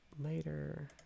later